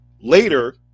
later